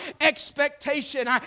expectation